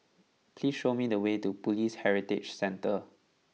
please show me the way to Police Heritage Centre